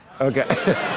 Okay